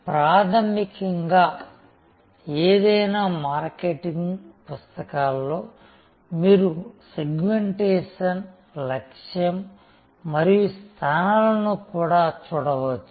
ప్రాథమికంగా ఏదైనా మార్కెటింగ్ పుస్తకంలో మీరు సెగ్మెంటేషన్ లక్ష్యం మరియు స్థానాలను కూడా చూడవచ్చు